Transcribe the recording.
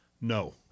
No